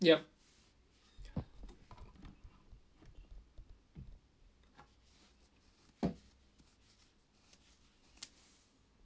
yup